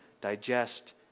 digest